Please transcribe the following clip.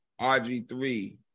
RG3